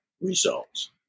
results